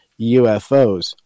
UFOs